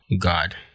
God